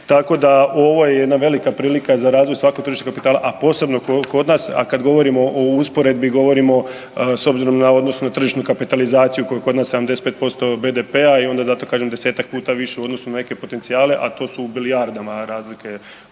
Tako da ovo je jedna velika prilika za razvoj … tržišta kapitala, a posebno kod nas. A kada govorimo o usporedbi govorimo s obzirom u odnosu na tržišnu kapitalizaciju koju kod nas 75% BDP-a i onda zato kažem desetak puta više u odnosu na neke potencijale, a to su u bilijardama razlike što se